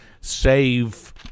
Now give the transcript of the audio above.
save